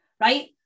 right